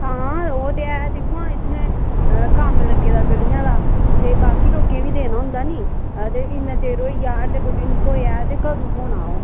हां ओह् ते है दिक्खो हां इत्थै कम्म लग्गे दा गलियें दा ते बाकी लोकें ई बी देना होंदा निं ते इन्ना चिर होई गेआ हल्ले दा बी निं थ्होएआ ऐ ते कदूं थ्होना ओ